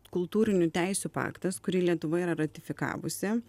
kultūrinių teisių paktas kurį lietuva yra ratifikavusi